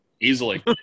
easily